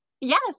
Yes